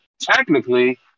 technically